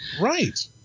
Right